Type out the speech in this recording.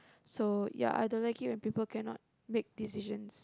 so ya I don't like it when people cannot make decisions